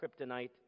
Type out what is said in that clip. kryptonite